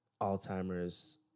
Alzheimer's